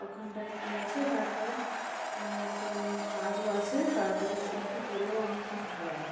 ওখানটায় পৌঁছে তার পরে আমার একটা মানে কাজও আছে তাড়াতাড়ি একটু গেলেও আমার খুব ভালো হবে